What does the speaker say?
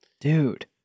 Dude